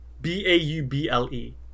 B-A-U-B-L-E